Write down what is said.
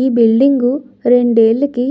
ఈ బిల్డింగును రెండేళ్ళకి